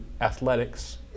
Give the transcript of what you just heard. athletics